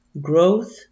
growth